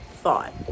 thought